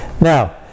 Now